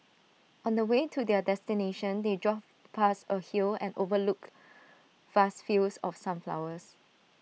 on the way to their destination they drove past A hill that overlooked vast fields of sunflowers